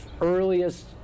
earliest